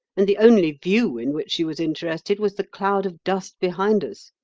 and the only view in which she was interested was the cloud of dust behind us.